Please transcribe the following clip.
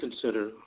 consider